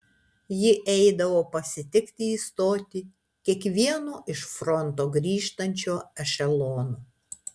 ji eidavo pasitikti į stotį kiekvieno iš fronto grįžtančio ešelono